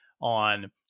on